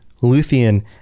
Luthien